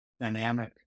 dynamic